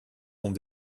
sont